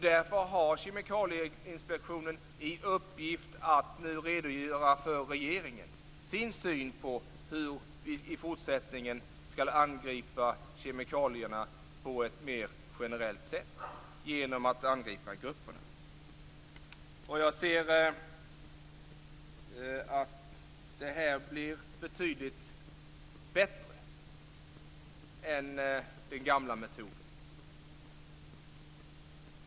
Därför har Kemikalieinspektionen i uppgift att inför regeringen redogöra för sin syn på hur vi i fortsättningen på ett mera generellt sätt skall angripa kemikalierna, genom att angripa grupperna. Jag anser att detta blir betydligt bättre än den gamla metoden.